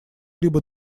либо